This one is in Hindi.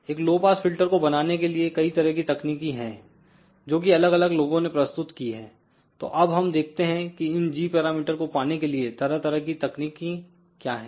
एक लो पास फिल्टर को बनाने के लिएकई तरह की तकनीकी है जोकि अलग अलग लोगों ने प्रस्तुत की है तो अब हम देखते हैं की इन g पैरामीटर को पाने के लिए तरह तरह की तकनीकी क्या है